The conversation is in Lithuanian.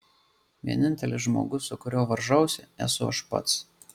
vienintelis žmogus su kuriuo varžausi esu aš pats